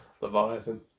Leviathan